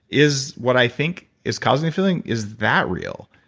is what i think is causing the feeling, is that real?